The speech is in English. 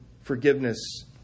forgiveness